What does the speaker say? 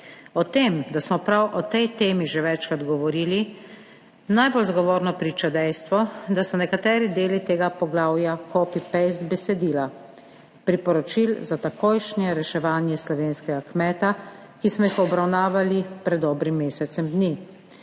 O tem, da smo prav o tej temi že večkrat govorili najbolj zgovorno priča dejstvo, da so nekateri deli tega poglavja »copy paste« besedila priporočil za takojšnje reševanje slovenskega kmeta, ki smo jih obravnavali pred dobrim mesecem dni.